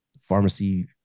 pharmacy